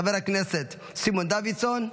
חבר הכנסת סימון דוידסון,